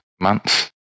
months